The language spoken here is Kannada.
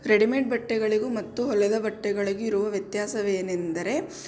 ರೆಡಿಮೇಡ್ ಬಟ್ಟೆಗಳಿಗೂ ಮತ್ತು ಹೊಲೆದ ಬಟ್ಟೆಗಳಿಗೂ ಇರುವ ವ್ಯತ್ಯಾಸವೇನೆಂದರೆ